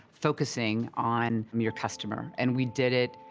focusing on your customer. and we did it,